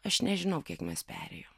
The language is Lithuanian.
aš nežinau kiek mes perėjom